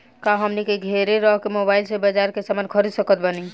का हमनी के घेरे रह के मोब्बाइल से बाजार के समान खरीद सकत बनी?